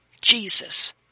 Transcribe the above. Jesus